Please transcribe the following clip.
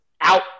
out